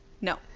no